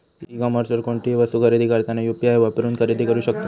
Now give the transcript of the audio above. E कॉमर्सवर कोणतीही वस्तू खरेदी करताना यू.पी.आई वापरून खरेदी करू शकतत